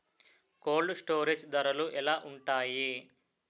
Cold storage ధరలు ఎలా ఉంటాయి?